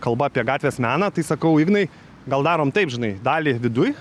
kalba apie gatvės meną tai sakau ignai gal darom taip žinai dalį viduj